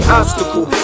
obstacle